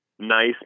Nice